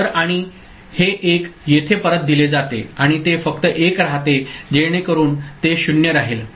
तर आणि हे 1 येथे परत दिले जाते आणि ते फक्त 1 राहते जेणेकरून ते 0 राहील